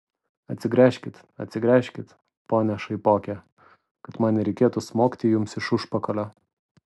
atsigręžkit atsigręžkit pone šaipoke kad man nereikėtų smogti jums iš užpakalio